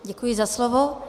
Děkuji za slovo.